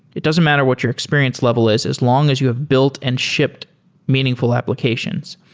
it doesn't matter what your experience level is as long as you have built and shipped meaningful applications.